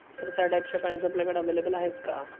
तर त्या टाईपच्या पॅन्ट्स आपल्याकडं अव्हेलेबल आहेत का